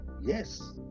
Yes